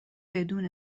بدون